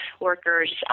workers